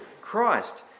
Christ